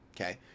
okay